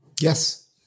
Yes